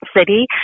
city